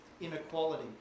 inequality